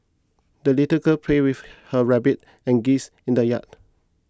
the little girl play with her rabbit and geese in the yard